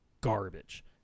garbage